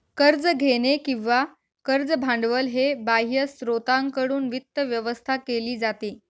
कर्ज घेणे किंवा कर्ज भांडवल हे बाह्य स्त्रोतांकडून वित्त व्यवस्था केली जाते